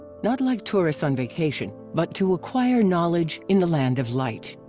not like tourists on vacation but to acquire knowledge in the land of light.